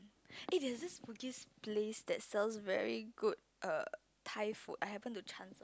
eh there's this Bugis place that sells very good err Thai food I happened to chance